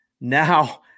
now